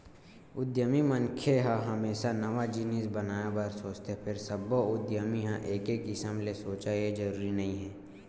उद्यमी मनखे ह हमेसा नवा जिनिस बनाए बर सोचथे फेर सब्बो उद्यमी ह एके किसम ले सोचय ए जरूरी नइ हे